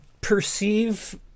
perceive